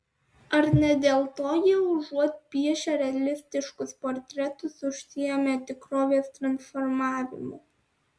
ar ne dėl to jie užuot piešę realistiškus portretus užsiėmė tikrovės transformavimu